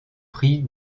prix